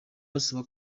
gusaba